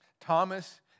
Thomas